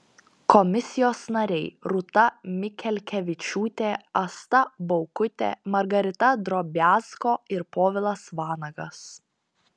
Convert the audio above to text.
komisijos nariai rūta mikelkevičiūtė asta baukutė margarita drobiazko ir povilas vanagas